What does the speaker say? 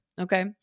okay